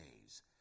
days